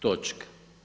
Točka.